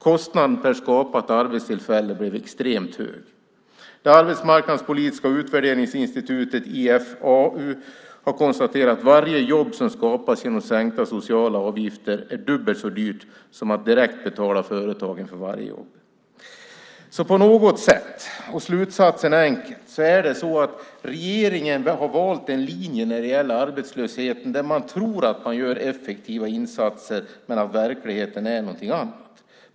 Kostnaden per skapat arbetstillfälle blev extremt hög. Det arbetsmarknadspolitiska utvärderingsinstitutet IFAU har konstaterat att varje jobb som skapas genom sänkta sociala avgifter blir dubbelt så dyrt som om man direkt skulle betala företagen för varje jobb. Slutsatsen är enkel: Regeringen har valt en linje när det gäller arbetslösheten där man tror att man gör effektiva insatser, medan verkligheten är en annan.